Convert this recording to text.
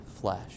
flesh